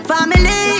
Family